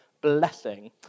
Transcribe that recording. blessing